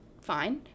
fine